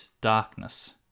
darkness